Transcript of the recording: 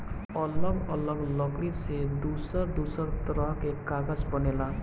अलग अलग लकड़ी से दूसर दूसर तरह के कागज बनेला